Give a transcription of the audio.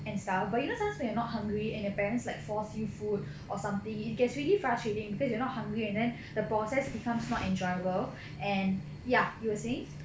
and stuff but you know sometimes when you're not hungry and your parents like force you food or something it gets really frustrating because you are not hungry and then the process becomes not enjoyable and ya you were saying